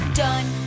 done